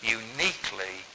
uniquely